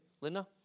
Linda